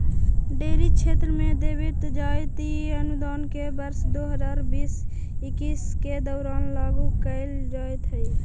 dairy क्षेत्र में देवित जाइत इ अनुदान के वर्ष दो हज़ार बीस इक्कीस के दौरान लागू कैल जाइत हइ